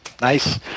nice